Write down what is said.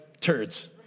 turds